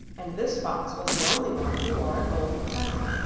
and this fox was the only one who wore a golden crown.